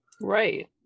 Right